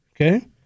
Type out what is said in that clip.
Okay